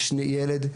יש ילד,